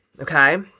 okay